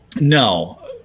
No